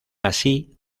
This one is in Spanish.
así